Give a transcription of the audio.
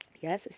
yes